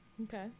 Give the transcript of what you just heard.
Okay